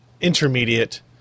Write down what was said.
intermediate